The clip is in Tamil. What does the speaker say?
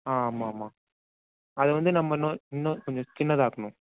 ஆ ஆமாம் ஆமாம் அது வந்து நம்ம இன்னும் இன்னும் கொஞ்சம் சின்னதாக்கணும்